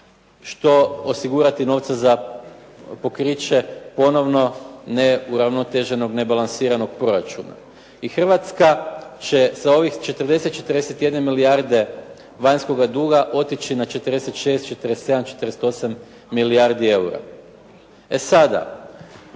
što osigurati novca za pokriće ponovno neuravnoteženog, nebalansiranog proračuna. I Hrvatska će sa ovih 40, 41 milijarde vanjskoga duga otići na 46, 47, 48, milijardi eura. E sada,